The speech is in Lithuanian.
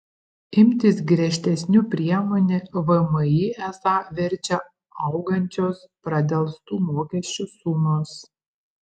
imtis griežtesnių priemonių vmi esą verčia augančios pradelstų mokesčių sumos